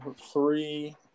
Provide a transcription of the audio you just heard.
three